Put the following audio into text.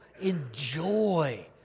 enjoy